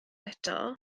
eto